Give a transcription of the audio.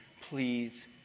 Please